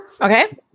Okay